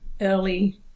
early